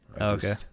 okay